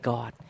God